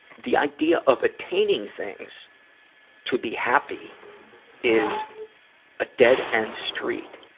the idea of attaining things to be happy is a dead-end street.